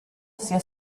sia